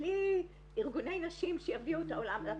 בלי ארגוני נשים שיביאו את העולם הזה,